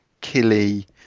killy